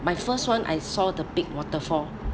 my first one I saw the big waterfall